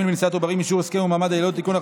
לנשיאת עוברים (אישור הסכם ומעמד היילוד) (תיקון,